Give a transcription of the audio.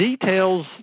details